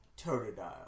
Totodile